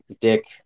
Dick